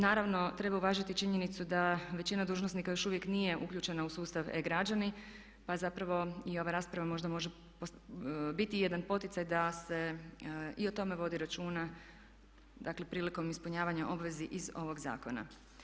Naravno treba uvažiti činjenicu da većina dužnosnika još uvijek nije uključena u sustav e-građani pa zapravo i ova rasprava možda može biti jedan poticaj da se i o tome vodi računa, dakle prilikom ispunjavanja obvezi iz ovog zakona.